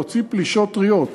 להוציא פלישות טריות.